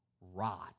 rot